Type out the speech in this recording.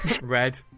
red